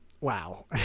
Wow